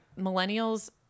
millennials